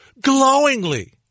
glowingly